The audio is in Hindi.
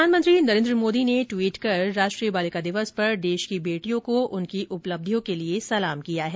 प्रधानमंत्री नरेन्द्र मोदी ने ट्वीट कर राष्ट्रीय बालिका दिवस पर देश की बेटियों को उनकी उपलब्धियों के लिए सलाम किया है